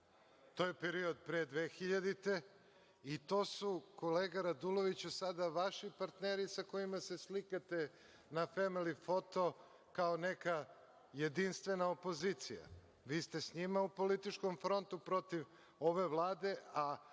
To je period pre 2000. godine i to su, kolega Raduloviću, sada vaši partneri sa kojima se slikate na femili foto kao neka jedinstvena opozicija. Vi ste s njima u političkom frontu protiv ove Vlade,